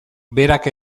berak